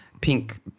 pink